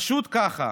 פשוט ככה",